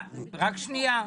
רק שנייה,